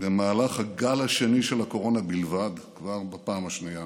במהלך הגל השני של הקורונה בלבד, כבר הפעם השנייה